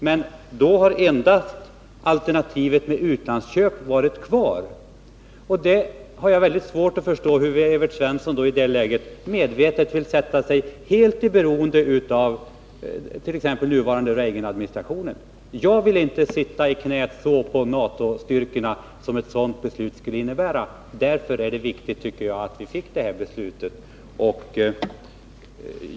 Men då hade endast alternativet med utlandsköp varit kvar — och jag har mycket svårt att förstå att Evert Svensson vill medvetet försätta sig i totalt beroende avt.ex. den nuvarande Reagan-administrationen. Jag vill inte sitta i knät på NATO-styrkorna, vilket ett sådant beslut skulle innebära. Därför är det viktigt att beslutet blev fattat.